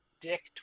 Dick